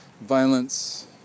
violence